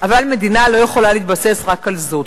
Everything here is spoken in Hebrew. אבל מדינה לא יכולה להתבסס רק על זאת.